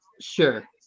sure